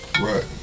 Right